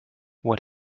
what